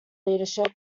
leadership